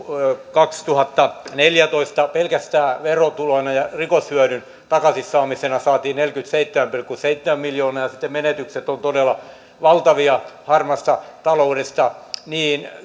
kaksituhattaneljätoista pelkästään verotuloina ja rikoshyödyn takaisinsaamisena saatiin neljäkymmentäseitsemän pilkku seitsemän miljoonaa ja sitten menetykset ovat todella valtavia harmaasta taloudesta niin